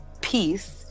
peace